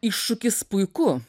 iššūkis puiku